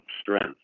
strength